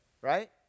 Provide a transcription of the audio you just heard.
Right